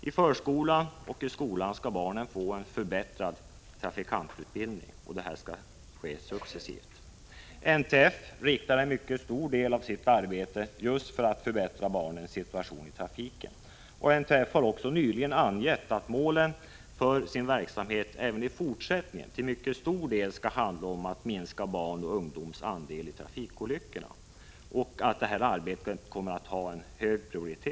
I förskolan och skolan skall barnen få en förbättrad trafikantutbildning, och detta skall ske successivt. NTF, Nationalföreningen för trafiksäkerhetens främjande, inriktar en stor del av sitt arbete på att förbättra just barnens situation i trafiken. NTF har också nyligen angett att föreningens verksamhet även i fortsättningen i mycket stor utsträckning skall handla om att minska barnens och ungdomens andel i trafikolyckorna och att detta arbete kommer att ha en hög prioritet.